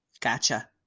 Gotcha